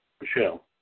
Michelle